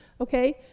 Okay